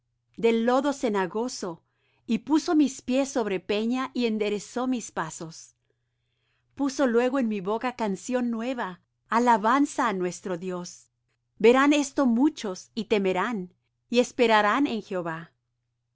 del lodo cenagoso y puso mis pies sobre peña y enderezó mis pasos puso luego en mi boca canción nueva alabanza á nuestro dios verán esto muchos y temerán y esperarán en jehová